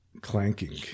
clanking